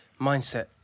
mindset